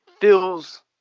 feels